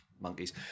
monkeys